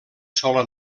sola